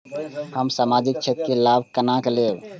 हम सामाजिक क्षेत्र के लाभ केना लैब?